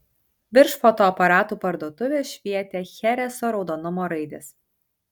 virš fotoaparatų parduotuvės švietė chereso raudonumo raidės